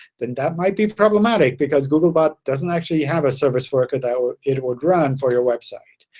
then that might be problematic because googlebot doesn't actually have a service worker that it would run for your website.